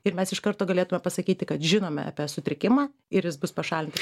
ir mes iš karto galėtume pasakyti kad žinome apie sutrikimą ir jis bus pašalintas